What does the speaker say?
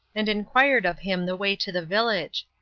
and inquired of him the way to the village.